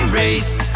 race